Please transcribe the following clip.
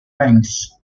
ranks